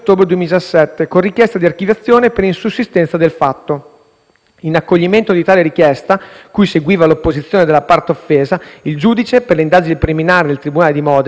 In accoglimento di tale richiesta, cui seguiva l'opposizione della parte offesa, il giudice per le indagini preliminari del tribunale di Modena, con decreto del 2 luglio 2017, disponeva l'archiviazione del procedimento.